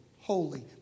holy